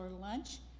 lunch